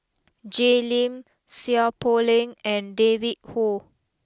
Jay Lim Seow Poh Leng and David Kwo